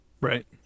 Right